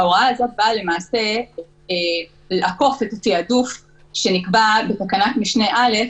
ההוראה הזאת באה למעשה לעקוף את התעדוף שנקבע בתקנת משנה (א),